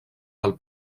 del